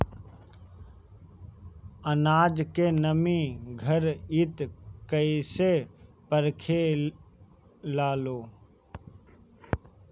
आनाज के नमी घरयीत कैसे परखे लालो?